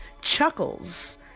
Chuckles